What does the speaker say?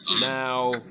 now